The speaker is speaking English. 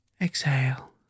exhale